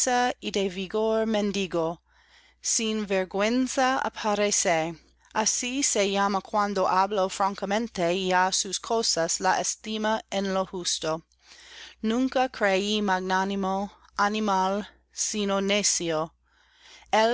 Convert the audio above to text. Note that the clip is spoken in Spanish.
vigor mendigo sir vergüenza aparece así se llama cuando habla francamente y á sus cosas las estima en lo justo nunca creí magnánimo animal sino